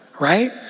Right